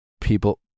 people